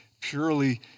purely